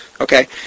Okay